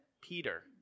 Peter